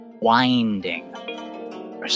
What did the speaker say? winding